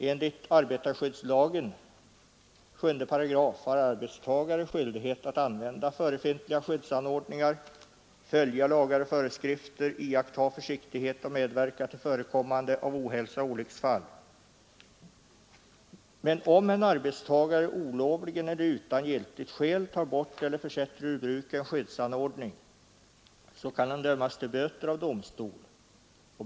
Enligt arbetarskyddslagen 78 har arbetstagare skyldighet att använda förefintliga skyddsanordningar, följa lagar och föreskrifter, iaktta försiktighet och medverka till förekommande av ohälsa och olycksfall. Men om en arbetstagare olovligen eller utan giltigt skäl tar bort eller försätter ur bruk en skyddsanordning, kan han dömas till böter av domstol.